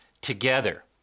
together